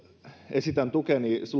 esitän tukeni